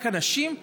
רק לנשים,